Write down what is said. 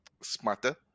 smarter